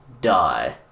die